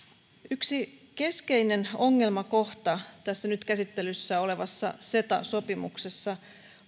yksi keskeinen ongelmakohta tässä nyt käsittelyssä olevassa ceta sopimuksessa